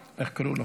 -- איך קראו לו?